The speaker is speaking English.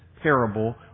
parable